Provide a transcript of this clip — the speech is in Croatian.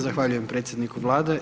Zahvaljujem predsjedniku Vlade.